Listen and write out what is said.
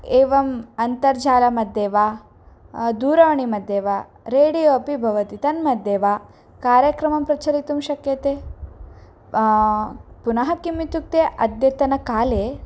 एवम् अन्तर्जालमध्ये वा दूरवाणीमध्ये वा रेडियो अपि भवति तन्मध्ये वा कार्यक्रमः प्रचलितुं शक्यते पुनः किम् इत्युक्ते अद्यतनकाले